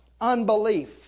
unbelief